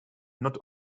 not